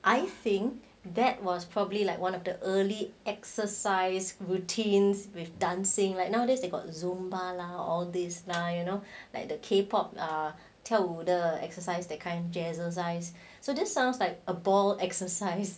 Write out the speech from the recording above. I think that was probably like one of the early exercise routines with dancing like nowadays they got zumba lah all this lah you know like the K pop err 跳舞的 exercise that kind jazz exercise so this sounds like a ball exercise